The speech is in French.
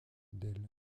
d’elle